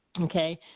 Okay